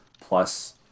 plus